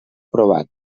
provat